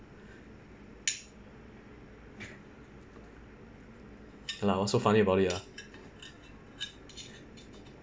ya lah what's so funny about it ah